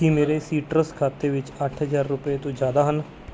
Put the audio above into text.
ਕੀ ਮੇਰੇ ਸੀਟਰਸ ਖਾਤੇ ਵਿੱਚ ਅੱਠ ਹਜ਼ਾਰ ਰੁਪਏ ਤੋਂ ਜ਼ਿਆਦਾ ਹਨ